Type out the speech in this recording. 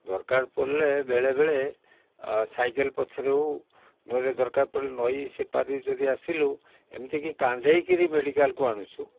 ଦରକାର ପଡ଼ିଲେ ବେଳେବେଳେ ସାଇକେଲ ପଛରେ ହେଉ ନହେଲେ ଦରକାର ପଡ଼ିଲେ ନଇ ସେପାରି ଯଦି ଆସିଲୁ ଏମିତି କି କାନ୍ଧେଇକିରି ମେଡ଼ିକାଲକୁ ଆଣିଛୁ